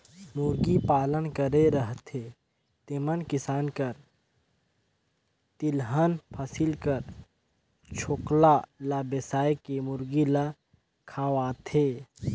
मुरगी पालन करे रहथें तेमन किसान कर तिलहन फसिल कर छोकला ल बेसाए के मुरगी ल खवाथें